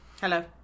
Hello